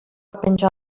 penjar